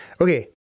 Okay